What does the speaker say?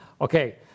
Okay